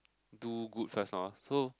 do good first lor so